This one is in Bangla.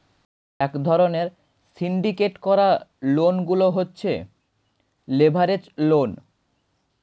এক ধরণের সিন্ডিকেট করা লোন গুলো হচ্ছে লেভারেজ লোন